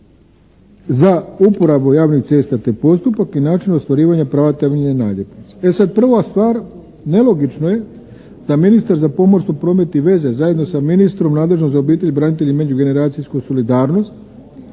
za uporabu javnih cesta te postupak i način ostvarivanja prava temeljem naljepnica. E sada prva stvar, nelogično je da ministar za pomorstvo, promet i veze zajedno sa ministrom nadležnim za obitelj, branitelje i međugeneracijsku solidarnost